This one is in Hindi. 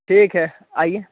ठीक है आईए